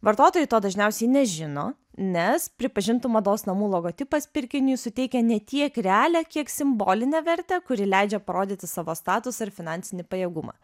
vartotojai to dažniausiai nežino nes pripažintų mados namų logotipas pirkiniui suteikia ne tiek realią kiek simbolinę vertę kuri leidžia parodyti savo statusą ir finansinį pajėgumą